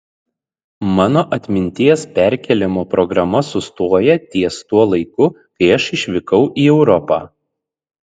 mano atminties perkėlimo programa sustoja ties tuo laiku kai aš išvykau į europą